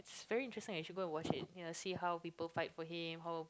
very interesting you should go and watch it you'll see how people fight for him hope